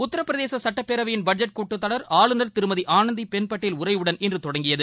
உத்திபிரதேச சுட்டப்பேரவையின் பட்ஜெட் கூட்டத்தொடர் ஆளுநர் திருமதி ஆனந்தி பென் படேல் உரையுடன் இன்று தொடங்கியது